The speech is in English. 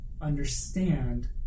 understand